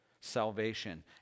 Salvation